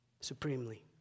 Supremely